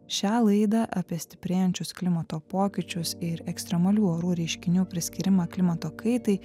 šią laidą apie stiprėjančius klimato pokyčius ir ekstremalių orų reiškinių priskyrimą klimato kaitai